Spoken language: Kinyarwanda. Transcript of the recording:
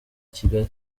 kigali